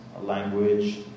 language